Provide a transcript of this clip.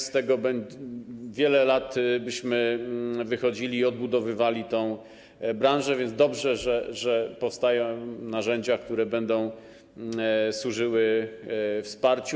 Z tego wiele lat byśmy wychodzili i odbudowywali tę branżę, więc dobrze, że powstają narzędzia, które będą służyły wsparciu.